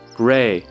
gray